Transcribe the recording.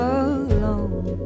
alone